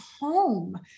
home